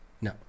No